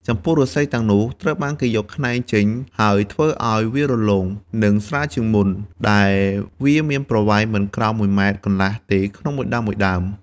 ចំពោះឫស្សីទាំងនោះ ត្រូវបានគេយកខ្នែងចេញ ហើយធ្វើឲ្យវារលោង និងស្រាលជាងមុន ដែលវាមានប្រវែងមិនក្រោមមួយម៉ែត្រកន្លះទេក្នុងមួយដើមៗ។